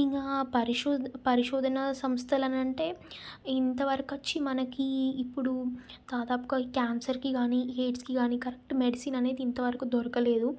ఇంకా పరిశో పరిశోధన సంస్థలు అని అంటే ఇంతవరకు వచ్చి మనకి ఇప్పుడు దాదాపుగా ఈ క్యాన్సర్కి కాని ఎయిడ్స్కి కానీ కరెక్ట్ మెడిసిన్ అనేది ఇంతవరకు దొరకలేదు